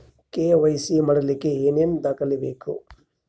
KYC ಮಾಡಲಿಕ್ಕೆ ಏನೇನು ದಾಖಲೆಬೇಕು?